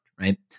right